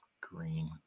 green